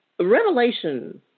revelation